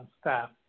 staff